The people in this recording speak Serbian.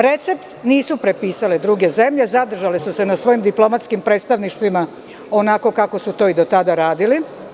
Recept nisu prepisale druge zemlje, zadržale su se na svojim diplomatskim predstavnicima onako kako su to i do tada radile.